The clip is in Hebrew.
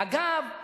אגב,